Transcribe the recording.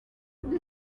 kuko